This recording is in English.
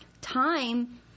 time